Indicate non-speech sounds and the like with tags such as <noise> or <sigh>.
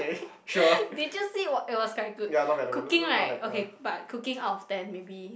<breath> did you see it was it was quite good cooking right okay but cooking out of ten maybe